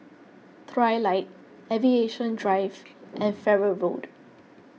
Trilight Aviation Drive and Farrer Road